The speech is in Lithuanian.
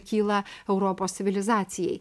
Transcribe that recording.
kyla europos civilizacijai